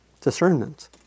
discernment